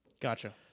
Gotcha